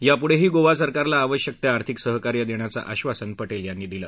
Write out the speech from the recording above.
यापुढेही गोवा सरकारला आवश्यक ते आर्थिक सहकार्य देण्याचं आश्वासनही पटेल यांनी दिलं